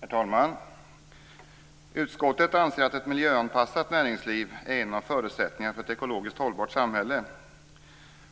Herr talman! Utskottet anser att ett miljöanpassat näringsliv är en av förutsättningarna för ett ekologiskt hållbart samhälle.